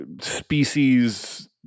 species